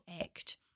act